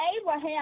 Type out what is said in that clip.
Abraham